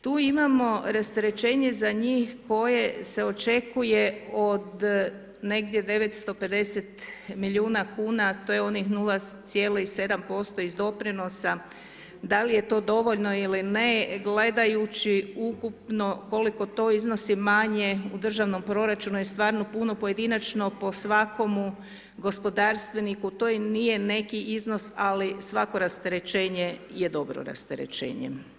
Tu imamo rasterećenje za njih, koje se očekuje od negdje 950 milijuna kn, to je onih 0,7% iz doprinosa, da li je to dovoljno ili ne, gledajuću ukupno koliko to iznosi manje u državnom proračunu, jer stvarno puno pojedinačno po svakome gospodarstveniku, to i nije neki iznos, ali svako rasterećenje je dobro rasterećenje.